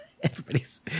Everybody's